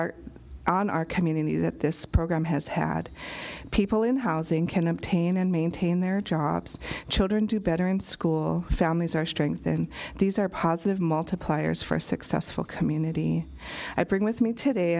our on our community that this program has had people in housing can obtain and maintain their jobs children do better in school families are strengthened these are positive multipliers for a successful community i bring with me today